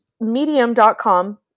medium.com